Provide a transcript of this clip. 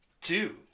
two